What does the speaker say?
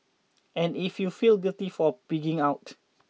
and if you feel guilty for pigging out